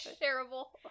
terrible